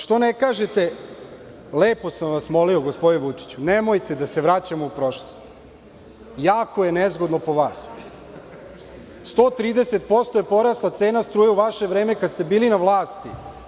Što ne kažete, lepo sam vas molio gospodine Vučiću, nemojte da se vraćamo u prošlost, jako je nezgodno po vas, 130% je porasla cena struje u vaše vreme, kada ste bili na vlasti.